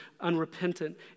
unrepentant